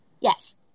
Yes